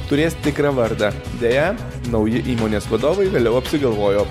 turės tikrą vardą deja nauji įmonės vadovai vėliau apsigalvojo